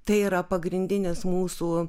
tai yra pagrindinis mūsų